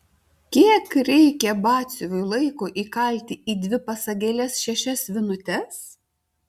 kiek reikia batsiuviui laiko įkalti į dvi pasagėles šešias vinutes